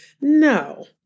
no